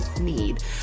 need